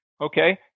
Okay